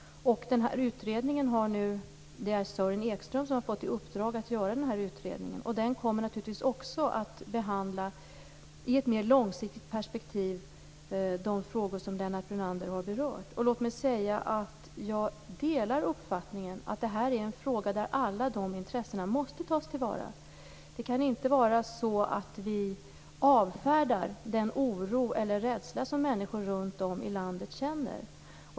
Sören Ekström har fått i uppdrag att göra utredningen. Den kommer att i ett mer långsiktigt perspektiv behandla de frågor Lennart Brunander har berört. Jag delar uppfattningen att detta är en fråga där alla intressena måste tas till vara. Vi får inte avfärda den oro eller rädsla som människor runt om i landet känner.